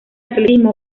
atletismo